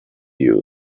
you